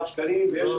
כמו